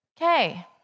Okay